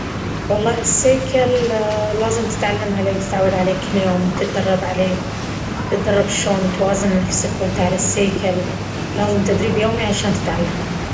والله السيكل لازم تتعلم عليه وتتعود عليه كل يوم وتتدرب عليه، تتدرب شلون توازن نفسك وانت على السيكل. لازم تدريب يومي عشان تتعلم.